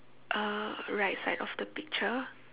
uh right side of the picture